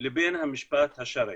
לבין המשפט השרעי.